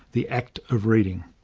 the act of reading.